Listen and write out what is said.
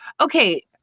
Okay